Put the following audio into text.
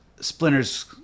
splinter's